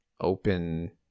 open